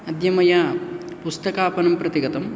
अद्य मया पुस्तकापणं प्रति गतं